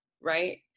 right